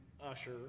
usher